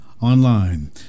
online